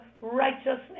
righteousness